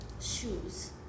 shoes